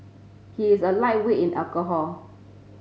he is a lightweight in alcohol